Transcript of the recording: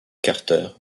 carter